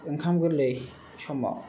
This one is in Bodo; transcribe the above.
ओंखाम गोरलै समाव